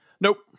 Nope